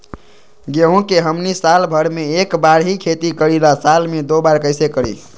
गेंहू के हमनी साल भर मे एक बार ही खेती करीला साल में दो बार कैसे करी?